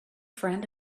friend